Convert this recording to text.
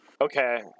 okay